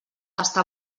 està